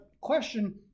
question